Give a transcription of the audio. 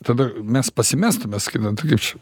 tada mes pasimestume sakytume tai kaip čia